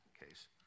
case